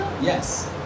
Yes